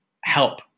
help